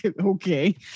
okay